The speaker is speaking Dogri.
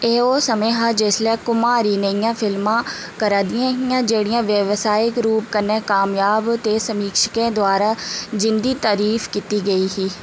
एह् ओह् समें हा जिसलै कुमारी नेहियां फिल्मां करा दियां हियां जेह्ड़ियां व्यावसायिक रूप कन्नै कामयाब ते समीक्षकें द्वारा जिं'दी तरीफ कीती गेई ही